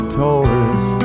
toys